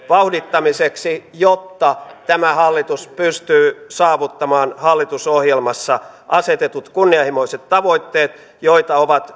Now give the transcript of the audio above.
vauhdittamiseksi jotta tämä hallitus pystyy saavuttamaan hallitusohjelmassa asetetut kunnianhimoiset tavoitteet joita ovat